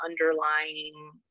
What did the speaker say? underlying